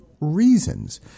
Reasons